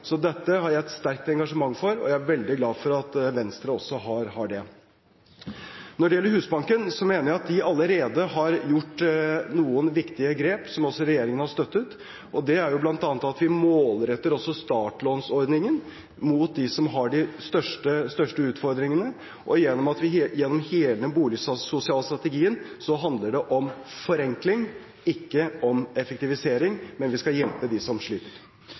Dette har jeg et sterkt engasjement for, og jeg er veldig glad for at Venstre også har det. Når det gjelder Husbanken, mener jeg at de allerede har gjort noen viktige grep, som også regjeringen har støttet, og det er bl.a. at vi målretter også startlånsordningen mot dem som har de største utfordringene. Gjennom hele den boligsosiale strategien handler det om forenkling, ikke om effektivisering, men vi skal hjelpe dem som sliter.